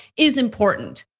is important.